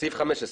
סעיף 15,